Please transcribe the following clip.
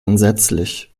entsetzlich